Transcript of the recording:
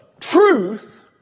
truth